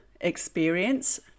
experience